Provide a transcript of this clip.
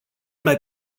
mai